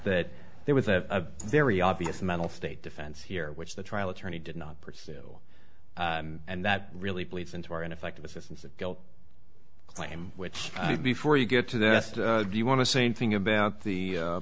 that there was a very obvious mental state defense here which the trial attorney did not pursue and that really believes in to our ineffective assistance of guilt claim which before you get to the rest do you want to same thing about the